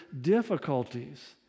difficulties